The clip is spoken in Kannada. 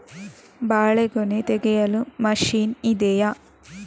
ಬಾಳೆಗೊನೆ ತೆಗೆಯಲು ಮಷೀನ್ ಇದೆಯಾ?